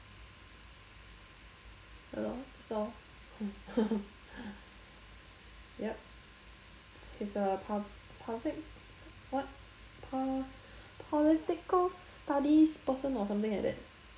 ya lor so yup it's a pu~ public what p~ political studies person or something like that